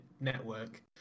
network